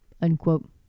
unquote